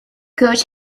coach